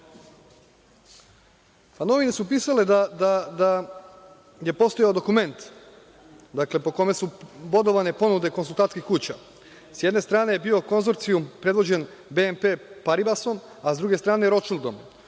su pisale da je postojao dokument po kome su bodovane ponude konsultantskih kuća. Sa jedne strane je bio konzorcijum predvođen BNP Paribasom, a sa druge strane „Ročšild“.